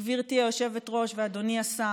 גברתי היושבת-ראש ואדוני השר: